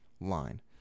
line